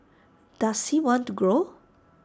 does he want to grow